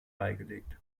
beigelegt